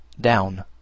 Down